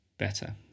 better